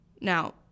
Now